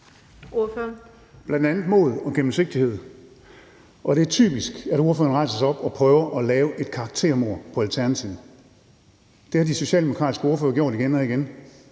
bl.a. mod og gennemsigtighed. Det er typisk, at spørgeren rejser sig op og prøver at lave et karaktermord på Alternativet. Det har de socialdemokratiske ordførere gjort igen og igen,